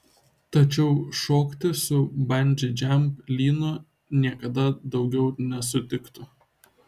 tačiau šokti su bandži džamp lynu niekada daugiau nesutiktų